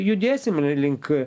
judėsim link